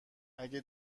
اگه